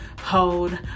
hold